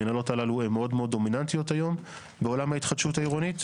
המינהלות הללו הן מאוד מאוד דומיננטיות היום בעולם ההתחדשות העירונית,